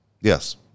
Yes